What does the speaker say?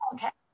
Okay